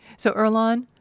so, earlonne,